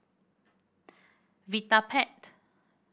Vitapet